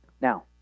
Now